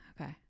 okay